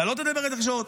אתה לא תדבר בתקשורת.